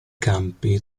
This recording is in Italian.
campi